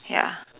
ya